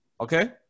Okay